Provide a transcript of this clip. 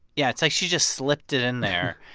yeah. it's like she just slipped it in there.